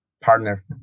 partner